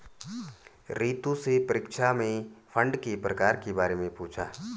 रितु से परीक्षा में फंड के प्रकार के बारे में पूछा